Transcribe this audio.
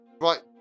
right